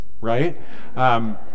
right